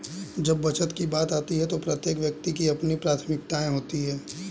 जब बचत की बात आती है तो प्रत्येक व्यक्ति की अपनी प्राथमिकताएं होती हैं